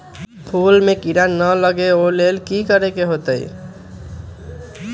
फूल में किरा ना लगे ओ लेल कि करे के होतई?